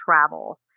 travel